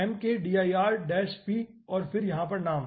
तो mkdir p और फिर यहाँ पर नाम